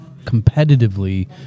competitively